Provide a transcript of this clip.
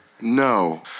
No